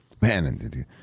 Man